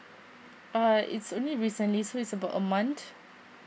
uh it's only recently so it's about a month